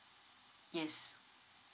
yes